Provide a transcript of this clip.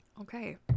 Okay